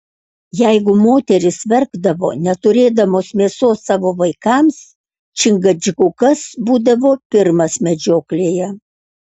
jeigu moterys verkdavo neturėdamos mėsos savo vaikams čingačgukas būdavo pirmas medžioklėje